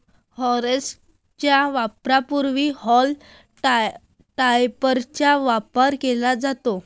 harvester च्या वापरापूर्वी haulm टॉपरचा वापर केला जातो